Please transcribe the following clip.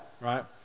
right